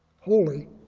holy